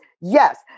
yes